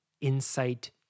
Insight